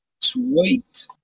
Sweet